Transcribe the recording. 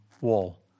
wall